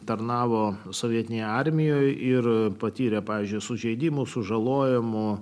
tarnavo sovietinėje armijoje ir patyrė pavyzdžiui sužeidimo sužalojimo